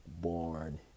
born